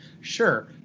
sure